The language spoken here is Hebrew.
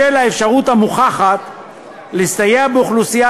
בשל האפשרות המוכחת להסתייע באוכלוסייה